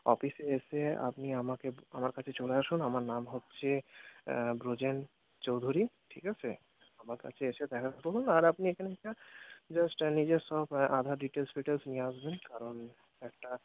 অফিসে এসে আপনি আমাকে আমার কাছে চলে আসুন আমার নাম হচ্ছে ব্রজেন চৌধুরি ঠিক আছে আমার কাছে এসে দেখা করুন আর আপনি এখানে জাস্ট নিজের সব আধার ডিটেলস ফিটেলস নিয়ে আসবেন কারণ একটা